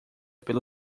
pelo